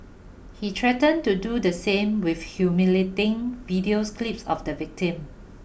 he threatened to do the same with humiliating videos clips of the victim